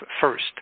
first